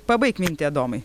pabaik mintį adomai